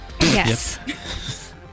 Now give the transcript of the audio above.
Yes